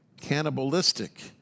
cannibalistic